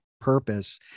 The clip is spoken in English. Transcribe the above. purpose